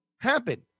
happen